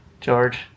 George